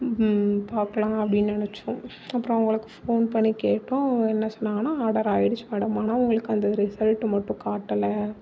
பார்க்கலாம் அப்படினு நினைச்சோம் அப்புறம் அவங்களுக்கு ஃபோன் பண்ணி கேட்டோம் அவங்க என்ன சொன்னாங்கன்னா ஆடர் ஆயிடுச்சு மேடம் ஆனால் உங்களுக்கு அந்த ரிசல்ட்டு மட்டும் காட்டல